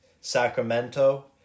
Sacramento